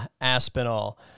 Aspinall